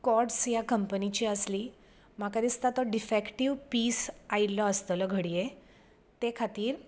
cords ह्या कंपनीची आसली म्हाका दिसतां तो डिफेकटिव पीस आयिल्लो आसतलो घडयें तें खातीर